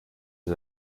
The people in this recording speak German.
ihr